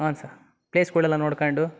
ಹಾಂ ಸರ್ ಪ್ಲೇಸ್ಗಳೆಲ್ಲ ನೋಡ್ಕೊಂಡು